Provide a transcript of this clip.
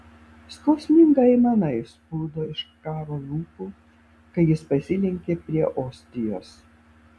skausminga aimana išsprūdo iš karo lūpų kai jis pasilenkė prie ostijos